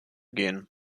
gehen